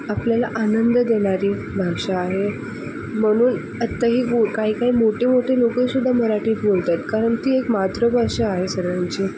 आपल्याला आनंद देणारी भाषा आहे म्हणून आत्ताही काही काही मोठी मोठी लोकंसुद्धा मराठीत बोलतात कारण ती एक मातृभाषा आहे सर्वांची